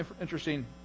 interesting